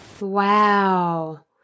Wow